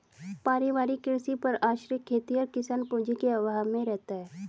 पारिवारिक कृषि पर आश्रित खेतिहर किसान पूँजी के अभाव में रहता है